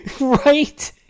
Right